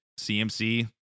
CMC